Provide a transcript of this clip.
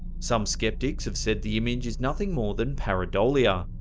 some skeptics have said the image is nothing more than pareidolia,